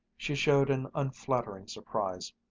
she showed an unflattering surprise.